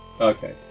Okay